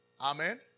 Amen